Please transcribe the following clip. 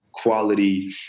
quality